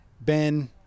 Ben